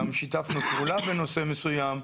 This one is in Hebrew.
גם שיתפנו פעולה בנושא מסוים,